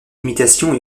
limitations